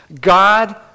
God